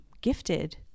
gifted